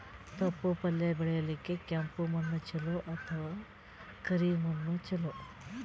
ತೊಪ್ಲಪಲ್ಯ ಬೆಳೆಯಲಿಕ ಕೆಂಪು ಮಣ್ಣು ಚಲೋ ಅಥವ ಕರಿ ಮಣ್ಣು ಚಲೋ?